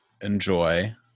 enjoy